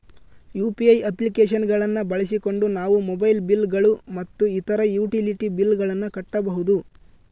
UPI application ಗಳನ್ನ ಬಳಸಿಕೊಂಡು ನಾವು ಮೊಬೈಲ್ ಬಿಲ್ ಗಳು ಮತ್ತು ಇತರ ಯುಟಿಲಿಟಿ ಬಿಲ್ ಗಳನ್ನ ಕಟ್ಟಬಹುದು